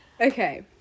Okay